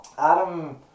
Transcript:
Adam